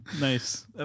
Nice